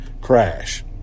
crash